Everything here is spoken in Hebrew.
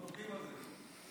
עובדים על זה.